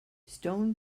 stone